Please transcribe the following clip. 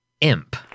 Imp